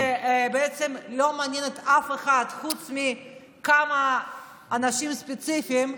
שבעצם לא מעניינת אף אחד חוץ מכמה אנשים ספציפיים,